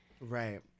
right